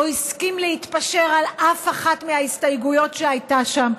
לא הסכים להתפשר על אף אחת מההסתייגויות שהייתה שם,